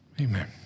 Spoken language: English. Amen